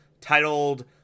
titled